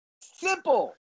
Simple